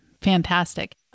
Fantastic